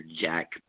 Jack